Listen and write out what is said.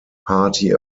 party